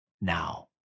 Now